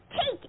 Take